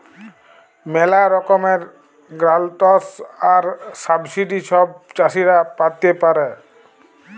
ম্যালা রকমের গ্র্যালটস আর সাবসিডি ছব চাষীরা পাতে পারে